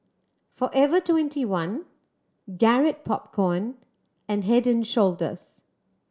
Forever Twenty one Garrett Popcorn and Head Shoulders